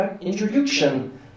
introduction